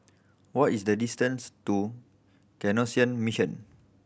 what is the distance to Canossian Mission